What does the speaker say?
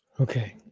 Okay